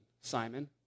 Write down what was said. Simon